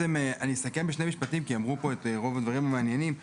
אני אסכם בשני משפטים כי אמרו פה את רוב הדברים המעניינים.